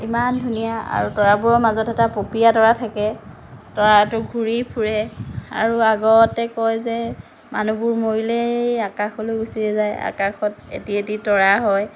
ইমান ধুনীয়া আৰু তৰাবোৰৰ মাজত এটা পপীয়া তৰা থাকে তৰাটো ঘূৰি ফুৰে আৰু আগতে কয় যে মানুহবোৰ মৰিলে এই আকাশলৈ গুচি যায় আকাশত এটি এটি তৰা হয়